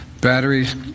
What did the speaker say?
batteries